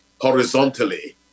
horizontally